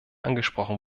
angesprochen